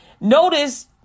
notice